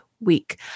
week